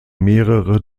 mehrere